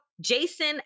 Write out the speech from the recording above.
Jason